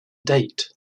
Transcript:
date